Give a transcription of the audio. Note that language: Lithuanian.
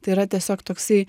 tai yra tiesiog toksai